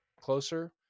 closer